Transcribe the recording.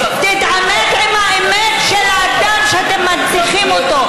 תתעמת עם האמת של אדם שאתם מנציחים אותו.